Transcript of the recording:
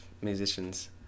musicians